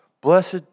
Blessed